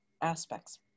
aspects